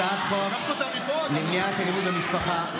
הצעת חוק למניעת אלימות במשפחה,